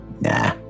Nah